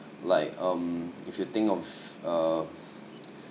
like um if you think of uh